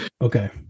Okay